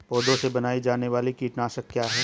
पौधों से बनाई जाने वाली कीटनाशक क्या है?